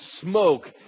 smoke